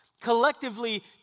collectively